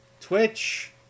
twitch